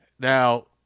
Now